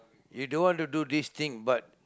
you don't want to do this thing but